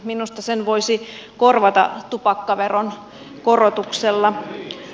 minusta sen voisi korvata tupakkaveron korotuksella